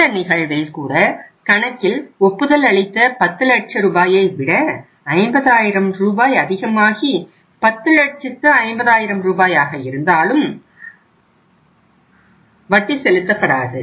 இந்த நிகழ்வில் கூட கணக்கில் ஒப்புதல் அளித்த 10 லட்ச ரூபாயை விட 50 ஆயிரம் ரூபாய் அதிகமாகி 10 லட்சத்து 50 ஆயிரம் ரூபாய் ஆக இருந்தாலும் வட்டி செலுத்தப்படாது